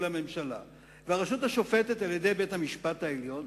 לממשלה והרשות השופטת על-ידי בית-המשפט העליון,